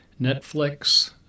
Netflix